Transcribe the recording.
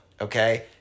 okay